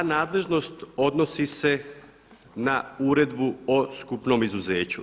Ta nadležnost odnosi se na uredbu o skupnom izuzeću.